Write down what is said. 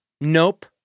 nope